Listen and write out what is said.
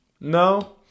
No